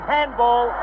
Handball